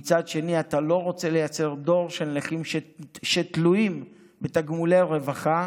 ומצד שני אתה לא רוצה לייצר דור של נכים שתלויים בתגמולי הרווחה,